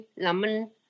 lemon